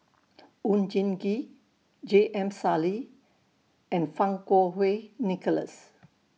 Oon Jin Gee J M Sali and Fang Kuo Wei Nicholas